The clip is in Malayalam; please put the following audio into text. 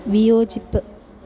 വിയോജിപ്പ്